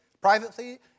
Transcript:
privately